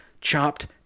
chopped